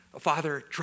Father